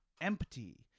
empty